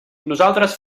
nosaltres